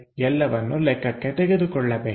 ಎಲ್ಲವನ್ನೂ ಲೆಕ್ಕಕ್ಕೆ ತೆಗೆದುಕೊಳ್ಳಬೇಕು